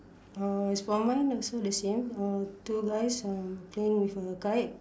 uh is for mine also the same uh two guys um playing with a kite